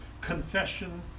Confession